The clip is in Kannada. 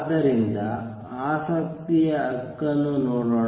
ಆದ್ದರಿಂದ ಆಸಕ್ತಿಯ ಹಕ್ಕನ್ನು ನೋಡೋಣ